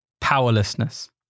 Powerlessness